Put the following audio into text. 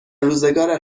روزگار